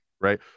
right